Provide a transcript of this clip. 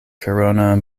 corona